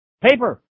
Paper